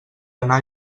anar